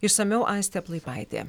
išsamiau aistė plaipaitė